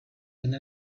done